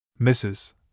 Mrs